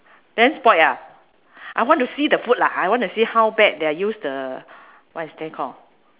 then spoilt ah I want to see the food lah I want to see how bad their use the what's that called